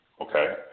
okay